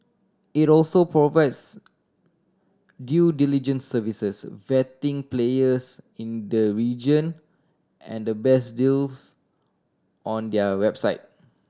it also provides due diligence services vetting players in the region and the best deals on their website